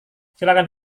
silakan